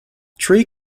tree